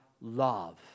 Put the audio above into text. love